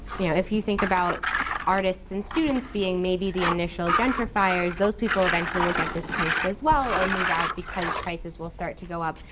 you know if you think about artists and students being maybe the initial gentrifiers, those people eventually will get displaced as well, or move out because prices will start to go up.